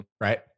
Right